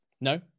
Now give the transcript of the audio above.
No